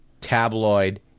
tabloid